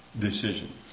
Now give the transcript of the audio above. decision